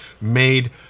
made